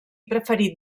preferit